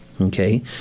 Okay